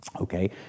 Okay